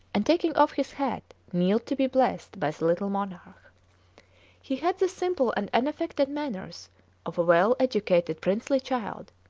and, taking off his hat, knelt to be blessed by the little monarch he had the simple and unaffected manners of a well-educated princely child.